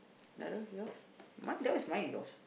the other one yours !huh! that one is mine or yours